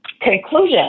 conclusion